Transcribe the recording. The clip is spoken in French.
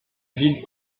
ville